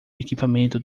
equipamento